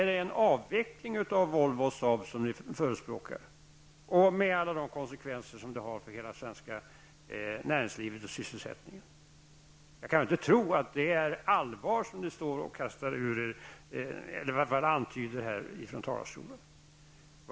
Är det en avveckling av Volvo och Saab ni förespråkar med alla de konsekvenser det skulle få för det svenska näringslivet och sysselsättningen? Jag kan inte gärna tro att det är på allvar som ni gör dessa antydningar härifrån talarstolen.